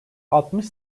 altmış